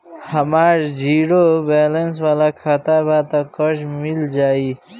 हमार zero balance वाला खाता बा त कर्जा मिल जायी?